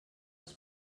els